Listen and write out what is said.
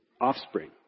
offspring